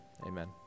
amen